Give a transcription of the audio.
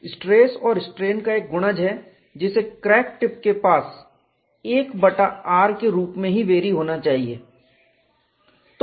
यह स्ट्रेस और स्ट्रेन का एक गुणज है जिसे क्रैक टिप के पास 1 बटा r के रूप में ही वेरी होना चाहिए